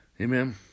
amen